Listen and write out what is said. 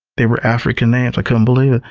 they were african names. i couldn't believe it.